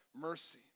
mercy